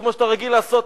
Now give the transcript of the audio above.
כמו שאתה רגיל לעשות,